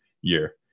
year